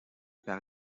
par